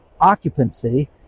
occupancy